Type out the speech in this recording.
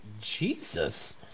Jesus